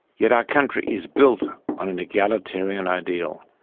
yet our country is built on an egalitarian ideal,